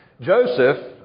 Joseph